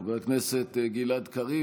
חבר הכנסת גלעד קריב.